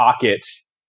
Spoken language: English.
pockets